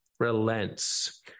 relents